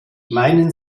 meinen